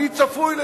אני צפוי,